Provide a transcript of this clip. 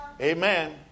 Amen